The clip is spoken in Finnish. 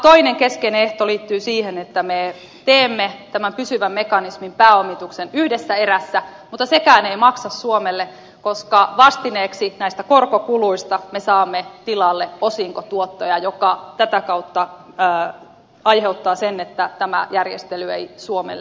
toinen keskeinen ehto liittyy siihen että me teemme tämän pysyvän mekanismin pääomituksen yhdessä erässä mutta sekään ei maksa suomelle koska vastineeksi näistä korkokuluista me saamme tilalle osinkotuottoja mikä tätä kautta aiheuttaa sen että tämä järjestely ei suomelle maksa